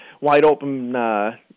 wide-open